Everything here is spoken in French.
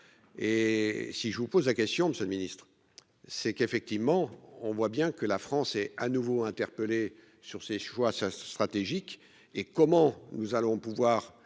Et si je vous pose la question Monsieur le Ministre, c'est qu'effectivement on voit bien que la France est à nouveau interpellé sur ses choix stratégiques et comment nous allons pouvoir